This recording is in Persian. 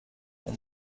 اون